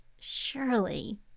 Surely